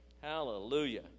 Hallelujah